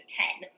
ten